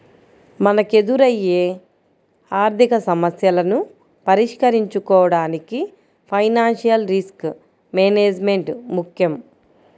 మనకెదురయ్యే ఆర్థికసమస్యలను పరిష్కరించుకోడానికి ఫైనాన్షియల్ రిస్క్ మేనేజ్మెంట్ ముక్కెం